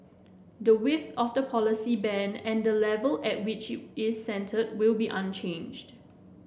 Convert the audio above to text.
the width of the policy band and the level at which is centred will be unchanged